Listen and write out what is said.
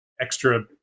extra